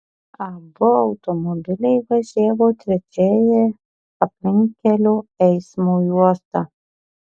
abu automobiliai važiavo trečiąja aplinkkelio eismo juosta